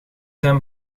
zijn